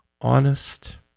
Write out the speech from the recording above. honest